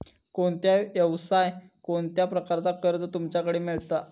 कोणत्या यवसाय कोणत्या प्रकारचा कर्ज तुमच्याकडे मेलता?